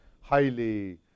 highly